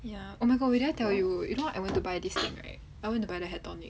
ya oh my god wait did I tell you you know I went to buy this thing right I went to buy the hair tonic